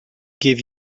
give